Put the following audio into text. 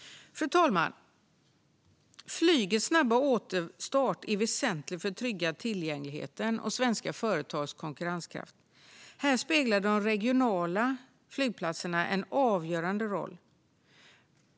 Fru talman! Flygets snabba återstart är väsentlig för att trygga tillgängligheten och svenska företags konkurrenskraft. Här spelar de regionala flygplatserna en avgörande roll.